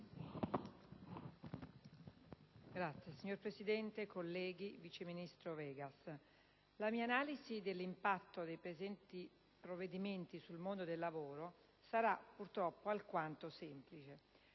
*(IdV)*. Signor Presidente, colleghi, vice ministro Vegas, la mia analisi dell'impatto dei presenti provvedimenti sul mondo del lavoro sarà purtroppo alquanto semplice.